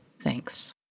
Thanks